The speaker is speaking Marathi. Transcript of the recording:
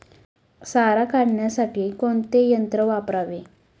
सारा काढण्यासाठी कोणते यंत्र वापरावे?